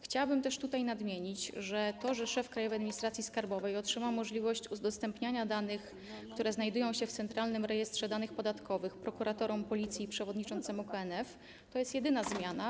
Chciałabym też nadmienić, że to, że szef Krajowej Administracji Skarbowej otrzymał możliwość udostępniania danych, które znajdują się w Centralnym Rejestrze Danych Podatkowych prokuratorom, Policji i przewodniczącemu KNF to jest jedyna zmiana.